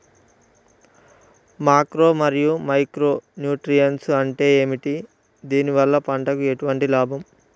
Macro మరియు micro nutrients అంటే ఏమిటి? దీనివల్ల పంటకు ఎటువంటి లాభం?